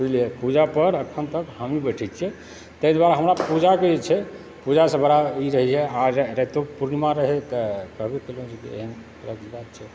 बुझलियै पूजापर एखन तक हमही बैठै छियै ताहि दुआरे हमरा पूजाके जे छै पूजासँ बड़ा ई रहैए आओर रातियो पूर्णिमा रहै तऽ कहबे केलहुँ जे इएह बात छै